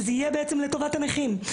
שזה יהיה לטובת הנכים.